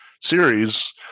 series